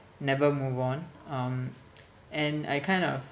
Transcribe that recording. never move on um and I kind of